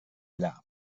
allà